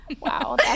wow